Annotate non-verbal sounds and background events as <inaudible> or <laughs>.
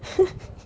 <laughs>